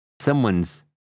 someone's